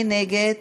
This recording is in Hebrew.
מי נגד?